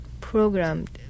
programmed